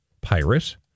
pirate